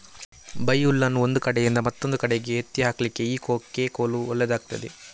ಬೈಹುಲ್ಲನ್ನು ಒಂದು ಕಡೆಯಿಂದ ಮತ್ತೊಂದು ಕಡೆಗೆ ಎತ್ತಿ ಹಾಕ್ಲಿಕ್ಕೆ ಈ ಕೊಕ್ಕೆ ಕೋಲು ಒಳ್ಳೇದಾಗ್ತದೆ